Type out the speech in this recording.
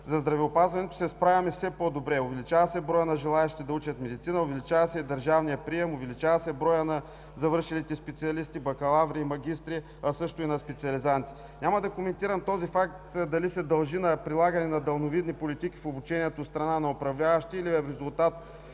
и с качество, се справяме все по-добре. Увеличава се броят на желаещите да учат медицина, увеличава се и държавният прием, увеличава се броят на завършилите специалисти „бакалаври“, и „магистри“, а също и на специализанти. Няма да коментирам дали този факт се дължи на прилагане на далновидни политики в обучението от страна на управляващите, или е резултат